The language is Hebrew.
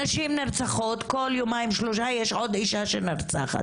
נשים נרצחות כל יומיים-שלושה יש עוד אישה שנרצחת,